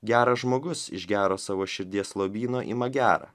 geras žmogus iš gero savo širdies lobyno ima gera